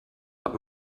hat